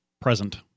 present